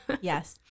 Yes